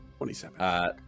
27